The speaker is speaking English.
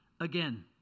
again